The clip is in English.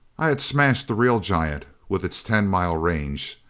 i had smashed the real giant, with its ten mile range.